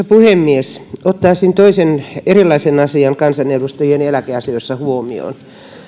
puhemies ottaisin toisen erilaisen asian kansanedustajien eläkeasioista huomioon